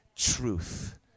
Truth